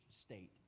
state